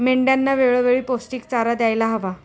मेंढ्यांना वेळोवेळी पौष्टिक चारा द्यायला हवा